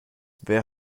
wer